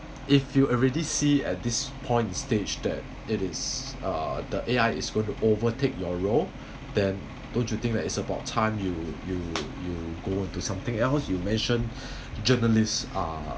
if you already see at this point in stage that it is uh the A_I is going to overtake your role then don't you think that it's about time you you you go into something else you mention journalists are